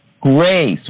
grace